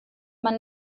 man